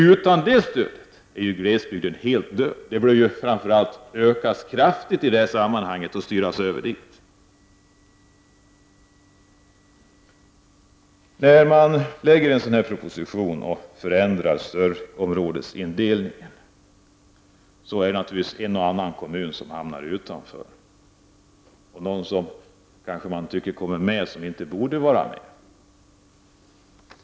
Utan det stödet skulle glesbygden vara helt död. Det behöver ökas kraftigt och pengar styras över dit. När regeringen lägger fram en proposition om förändrad stödområdesindelning är det naturligtvis en och annan kommun som hamnar utanför och någon kommer med som man kanske tycker inte borde vara med.